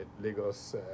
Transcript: Lagos